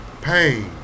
pain